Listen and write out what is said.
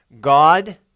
God